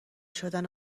شدن